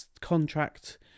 contract